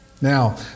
Now